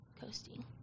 coasting